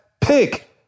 pick